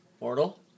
Mortal